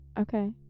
Okay